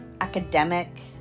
academic